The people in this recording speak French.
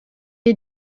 est